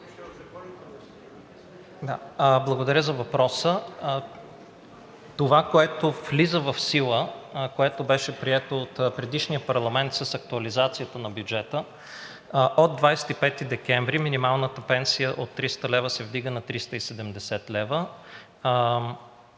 Благодаря за въпроса. Това, което влиза в сила, което беше прието от предишния парламент с актуализацията на бюджета от 25 декември, минималната пенсия от 300 лв. се вдига на 370 лв.,